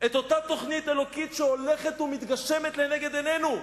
את אותה תוכנית אלוקית שהולכת ומתגשמת לנגד עינינו.